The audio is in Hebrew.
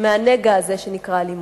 מהנגע הזה שנקרא אלימות.